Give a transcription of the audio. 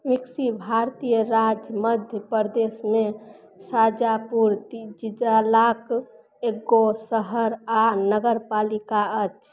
mixie भारतीय राज्य मध्य प्रदेशमे शाजापुर जिलाक एगो शहर आ नगरपालिका अछि